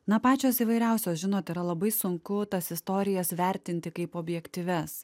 na pačios įvairiausios žinot yra labai sunku tas istorijas vertinti kaip objektyvias